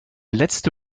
letzte